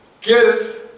Give